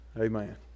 amen